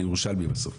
אני ירושלמי בסוף.